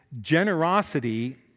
generosity